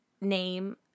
name